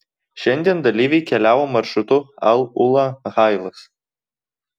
šiandien dalyviai keliavo maršrutu al ula hailas